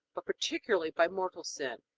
but particularly by mortal sin.